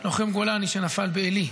לוחם גולני שנפל בעלי,